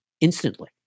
instantly